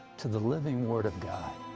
to the living word of god,